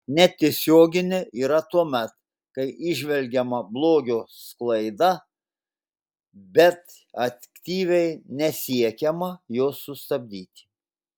netiesioginė yra tuomet kai įžvelgiama blogio sklaida bet aktyviai nesiekiama jos sustabdyti